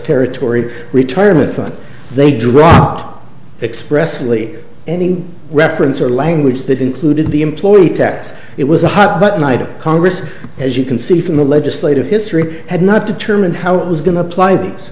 territory retirement fund they dropped expressly any reference or language that included the employee tax it was a hot button item congress as you can see from the legislative history had not determined how it was going to apply these